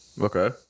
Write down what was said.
Okay